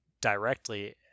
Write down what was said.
directly